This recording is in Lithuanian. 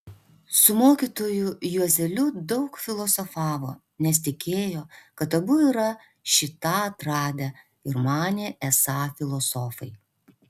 su mokytoju juozeliu daug filosofavo nes tikėjo kad abu yra šį tą atradę ir manė esą filosofai